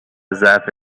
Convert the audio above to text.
ضعف